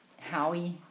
Howie